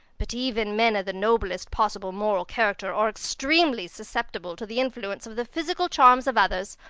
but even men of the noblest possible moral character are extremely susceptible to the influence of the physical charms of others.